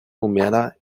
húmeda